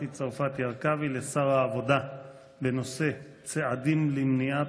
צרפתי הרכבי לשר העבודה בנושא: צעדים למניעת